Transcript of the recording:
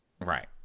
Right